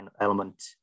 element